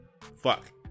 fuck